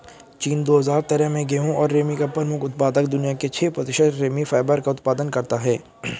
चीन, दो हजार तेरह में गेहूं और रेमी का प्रमुख उत्पादक, दुनिया के छह प्रतिशत रेमी फाइबर का उत्पादन करता है